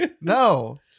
No